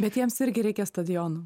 bet jiems irgi reikia stadionų